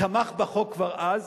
תמך בחוק כבר אז,